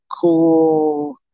cool